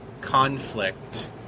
conflict